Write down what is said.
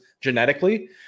genetically